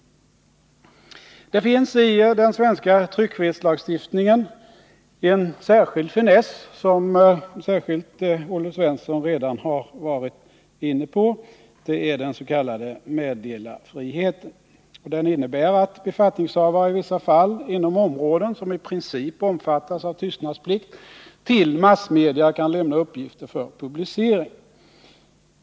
Det finns i den svenska tryckfrihetslagstiftningen en särskild finess, som Olle Svensson redan har varit inne på, nämligen den s.k. meddelarfriheten. Den innebär att befattningshavare i vissa fall inom områden, som i princip omfattas av tystnadsplikt, till massmedia kan lämna uppgifter för publicering.